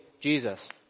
Jesus